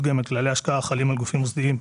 גמל) (כללי השקעה החלים על גופים מוסדיים),